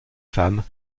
femmes